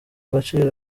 gaciro